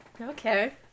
Okay